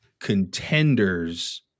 contenders